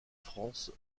france